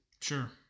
Sure